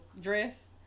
dress